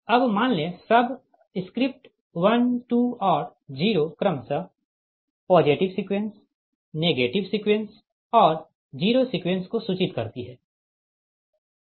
अब मान लें सब स्क्रिप्ट 1 2 और 0 क्रमशः पॉजिटिव सीक्वेंस नेगेटिव सीक्वेंस और 0 सीक्वेंस को सूचित करती है